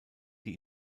die